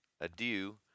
adieu